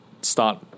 start